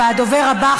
והדובר הבא,